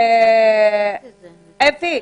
אפי,